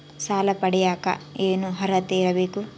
ಸಾಲ ಪಡಿಯಕ ಏನು ಅರ್ಹತೆ ಇರಬೇಕು?